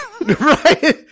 Right